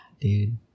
dude